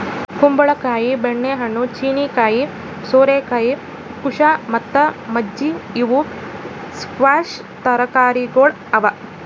ಕುಂಬಳ ಕಾಯಿ, ಬೆಣ್ಣೆ ಹಣ್ಣು, ಚೀನೀಕಾಯಿ, ಸೋರೆಕಾಯಿ, ಕುಶಾ ಮತ್ತ ಮಜ್ಜಿ ಇವು ಸ್ಕ್ವ್ಯಾಷ್ ತರಕಾರಿಗೊಳ್ ಅವಾ